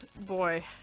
boy